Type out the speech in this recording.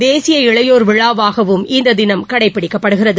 தேசிய இளையோர் விழாவாகவும் இந்த தினம் கடைபிடிக்கப்படுகிறது